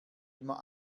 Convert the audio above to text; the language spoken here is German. immer